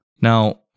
Now